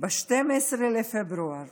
ב-12 בפברואר